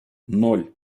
ноль